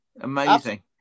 Amazing